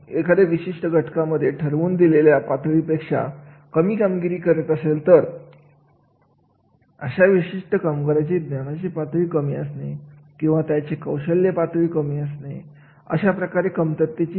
तर इथे प्रशिक्षणाच्या या गरजेचे मूल्यांकन यामध्ये कार्याचे अवलोकन कार्याचे वर्णन कार्याची वैशिष्ट्ये कार्याचे मूल्यमापन या सगळ्या पद्धतीचा अवलंब संस्थेसाठी महत्त्वाचा असतो